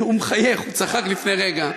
הוא מחייך, הוא צחק לפני רגע.